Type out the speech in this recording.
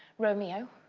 romeo,